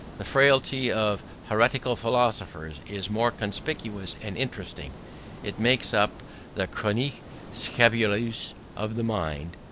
the frailty of heretical philosophers is more conspicuous and interesting it makes up the chronique scandaleuse of the mind,